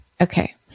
Okay